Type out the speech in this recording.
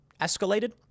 escalated